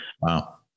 Wow